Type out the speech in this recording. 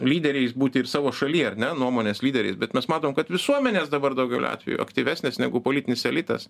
lyderiais būti ir savo šaly ar ne nuomonės lyderiais bet mes matome kad visuomenės dabar daugeliu atveju aktyvesnės negu politinis elitas